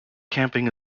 camping